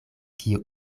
kio